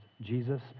Jesus